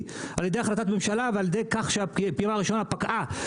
על-ידי החלטת ממשלה ועל-ידי כך שהפעימה הראשונה פקעה.